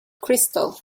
crystal